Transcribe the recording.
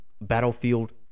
battlefield